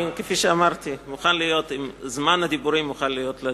כפי שאמרתי, עם זמן הדיבורים אני מוכן להיות אדיב.